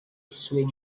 swing